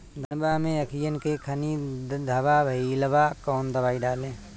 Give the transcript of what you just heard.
धनवा मै अखियन के खानि धबा भयीलबा कौन दवाई डाले?